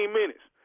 minutes